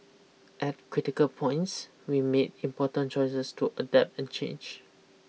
at critical points we made important choices to adapt and change